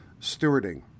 stewarding